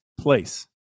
place